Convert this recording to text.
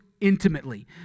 intimately